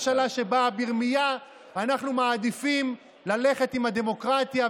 נתניהו לא רוצה בהצעת החוק הזאת.